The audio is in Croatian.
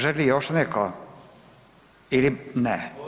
Želi li još netko ili ne?